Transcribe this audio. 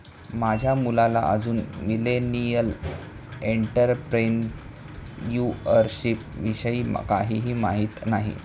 माझ्या मुलाला अजून मिलेनियल एंटरप्रेन्युअरशिप विषयी काहीही माहित नाही